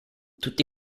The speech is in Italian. tutti